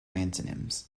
antonyms